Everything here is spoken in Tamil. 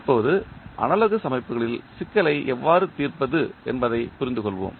இப்போது அனாலோகஸ் அமைப்புகளில் சிக்கலை எவ்வாறு தீர்ப்பது என்பதைப் புரிந்துகொள்வோம்